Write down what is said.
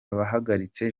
abahagaritse